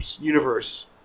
universe